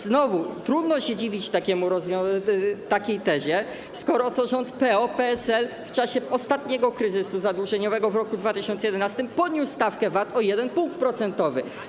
Znowu trudno się dziwić takiej tezie, skoro to rząd PO-PSL w czasie ostatniego kryzysu zadłużeniowego w roku 2011 podniósł stawkę VAT o 1 punkt procentowy.